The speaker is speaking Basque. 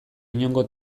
inongo